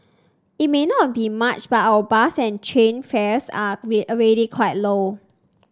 it may not be much but our bus and train fares are already quite low